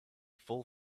full